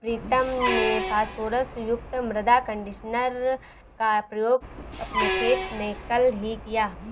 प्रीतम ने फास्फोरस युक्त मृदा कंडीशनर का प्रयोग अपने खेत में कल ही किया